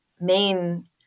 main